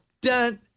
dun